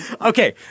Okay